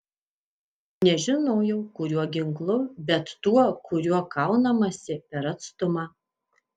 nežinojau kuriuo ginklu bet tuo kuriuo kaunamasi per atstumą